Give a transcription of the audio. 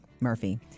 Murphy